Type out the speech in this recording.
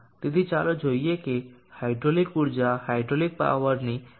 તેથી ચાલો જોઈએ કે હાઇડ્રોલિક ઊર્જા હાઇડ્રોલિક પાવરની કેટલી માત્રા જરૂરી છે